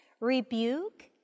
rebuke